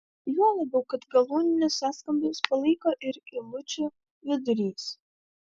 juo labiau kad galūninius sąskambius palaiko ir eilučių vidurys